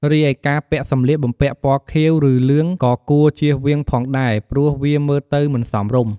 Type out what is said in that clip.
រីឯការពាក់សម្លៀកបំពាក់ពណ៌ខៀវ ឬលឿង ក៏គួរជៀសវាងផងដែរព្រោះវាមើលទៅមិនសមរម្យ។